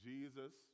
Jesus